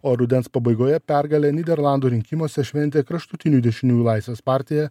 o rudens pabaigoje pergalę nyderlandų rinkimuose šventė kraštutinių dešiniųjų laisvės partija